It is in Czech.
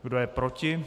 Kdo je proti?